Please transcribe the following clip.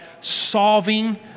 solving